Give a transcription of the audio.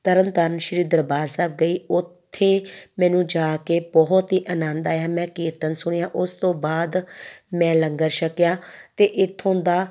ਤਰਨ ਤਾਰਨ ਸ਼੍ਰੀ ਦਰਬਾਰ ਸਾਹਿਬ ਗਈ ਉੱਥੇ ਮੈਨੂੰ ਜਾ ਕੇ ਬਹੁਤ ਹੀ ਆਨੰਦ ਆਇਆ ਮੈਂ ਕੀਰਤਨ ਸੁਣਿਆ ਉਸ ਤੋਂ ਬਾਅਦ ਮੈਂ ਲੰਗਰ ਛਕਿਆ ਅਤੇ ਇੱਥੋਂ ਦਾ